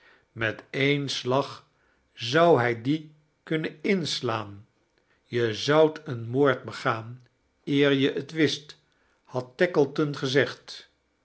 met een slag zou hij die kunnen inslaan je zoudt een moord begaan eer je het wist had tackleton gezegd